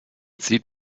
sieht